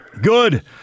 Good